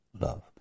love